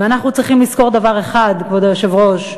ואנחנו צריכים לזכור דבר אחד, כבוד היושב-ראש,